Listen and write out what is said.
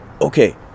okay